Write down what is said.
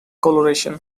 coloration